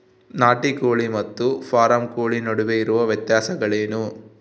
ನಾಟಿ ಕೋಳಿ ಮತ್ತು ಫಾರಂ ಕೋಳಿ ನಡುವೆ ಇರುವ ವ್ಯತ್ಯಾಸಗಳೇನು?